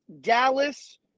Dallas